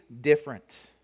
different